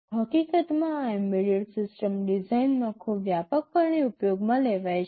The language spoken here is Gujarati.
હકીકતમાં આ એમ્બેડેડ સિસ્ટમ ડિઝાઇનમાં ખૂબ વ્યાપકપણે ઉપયોગમાં લેવાય છે